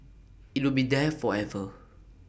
IT will be there forever